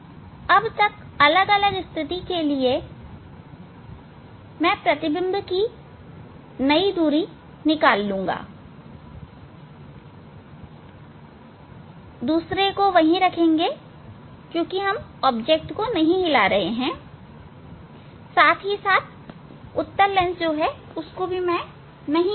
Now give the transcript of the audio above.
अब तक अलग अलग स्थिति के लिए मैं दूसरे को वही रखकर प्रतिबिंब की नई दूरी निकाल लूंगा क्योंकि मैं वस्तु को नहीं हिला रहा हूं साथ ही साथ उत्तल लेंस को भी नहीं हिलाऊंगा